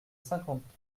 cinquante